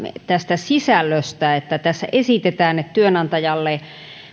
tästä sisällöstä että tässä esitetään että työnantajalle